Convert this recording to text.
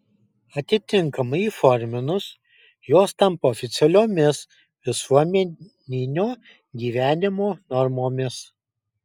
atitinkamai įforminus jos tampa oficialiomis visuomeninio gyvenimo normomis